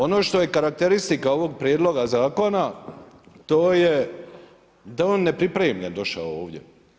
Ono što je karakteristika ovog prijedloga zakona, to je da je on nepripremljen došao ovdje.